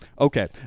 okay